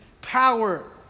power